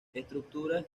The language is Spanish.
estructuras